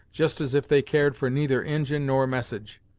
just as if they cared for neither injin nor message.